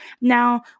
Now